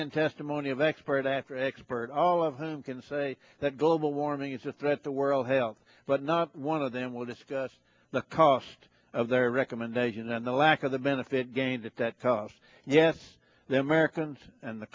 in testimony of expert after expert all of whom can say that global warming is a threat to world health but not one of them will discuss the cost of their recommendations and the lack of the benefit gained if that cost yes the americans and the